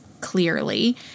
clearly